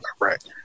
Right